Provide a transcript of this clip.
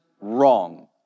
wrong